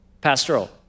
Pastoral